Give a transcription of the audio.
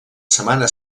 setmana